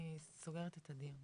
אני סוגרת את הדיון.